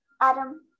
Adam